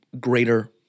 greater